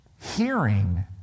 Hearing